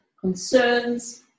concerns